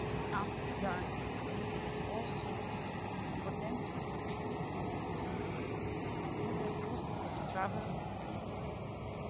the council guides to elevate all souls for them to bring peace on this planet and, in their process of travel and existence,